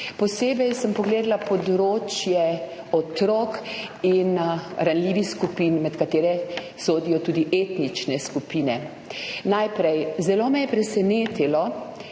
Posebej sem pogledala področje otrok in ranljivih skupin, med katere sodijo tudi etnične skupine. Najprej. Zelo me je presenetilo,